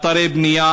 אתרי בנייה.